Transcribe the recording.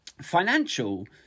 Financial